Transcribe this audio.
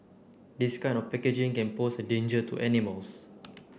this kind of packaging can pose a danger to animals